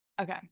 okay